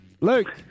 Luke